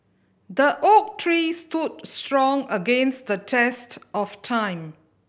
the oak tree stood strong against the test of time